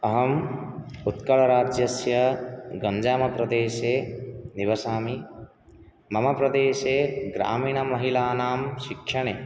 अहम् उत्कल राज्यस्य गञ्जाम प्रदेशे निवसामि मम प्रदेशे ग्रामीण महिलानां शिक्षणे